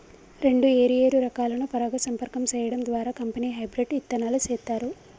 రెండు ఏరు ఏరు రకాలను పరాగ సంపర్కం సేయడం ద్వారా కంపెనీ హెబ్రిడ్ ఇత్తనాలు సేత్తారు